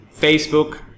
Facebook